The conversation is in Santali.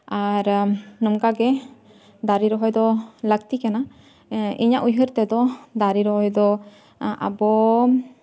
ᱟᱨ ᱱᱚᱝᱠᱟᱜᱮ ᱫᱟᱨᱮ ᱨᱚᱦᱚᱭ ᱫᱚ ᱞᱟᱹᱠᱛᱤ ᱠᱟᱱᱟ ᱤᱧᱟᱹᱜ ᱩᱭᱦᱟᱹᱨ ᱛᱮᱫᱚ ᱫᱟᱨᱮ ᱨᱚᱦᱚᱭ ᱫᱚ ᱟᱵᱚ